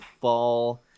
fall